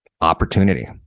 opportunity